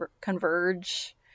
converge